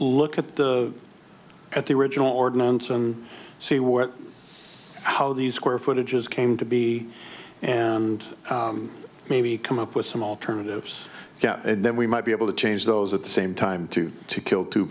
look at the at the original ordinance and see what how do you square footage as came to be and maybe come up with some alternatives and then we might be able to change those at the same time to to kill two